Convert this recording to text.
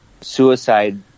suicide